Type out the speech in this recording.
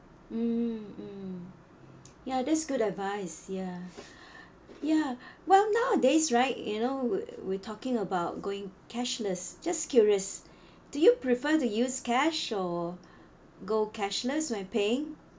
mm ya that's good advice ya ya well nowadays right you know we're we're talking about going cashless just curious do you prefer to use cash or go cashless when paying